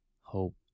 hope